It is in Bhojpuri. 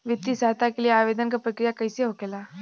वित्तीय सहायता के लिए आवेदन क प्रक्रिया कैसे होखेला?